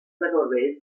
rivalries